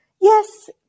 yes